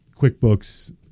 QuickBooks